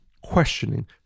questioning